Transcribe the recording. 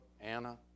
Anna